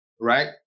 right